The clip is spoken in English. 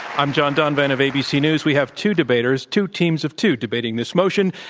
i'm john donvan of abc news. we have two debaters, two teams of two, debating this motion,